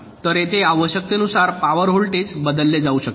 तर येथे आवश्यकतेनुसार पॉवर व्होल्टेज बदलले जाऊ शकतात